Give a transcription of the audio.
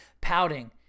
pouting